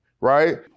right